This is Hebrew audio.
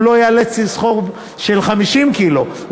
הוא לא ייאלץ לסחוב של 50 קילו,